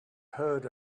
heard